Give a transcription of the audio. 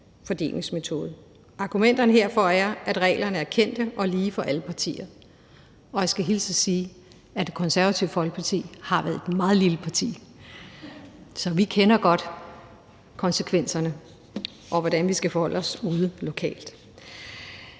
fordelingsmetode. Argumenterne herfor er, at reglerne er kendte og lige for alle partier, og jeg skal hilse og sige, at Det Konservative Folkeparti har været et meget lille parti. Så vi kender godt konsekvenserne og ved, hvordan vi skal forholde os ude lokalt.